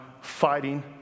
fighting